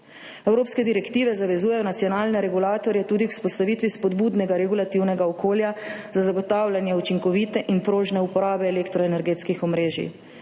Evropske direktive zavezujejo nacionalne regulatorje tudi k vzpostavitvi spodbudnega regulativnega okolja za zagotavljanje učinkovite in prožne uporabe elektroenergetskih omrežij.